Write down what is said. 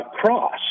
cross